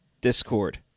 Discord